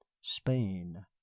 spain